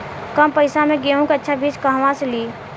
कम पैसा में गेहूं के अच्छा बिज कहवा से ली?